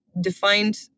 defined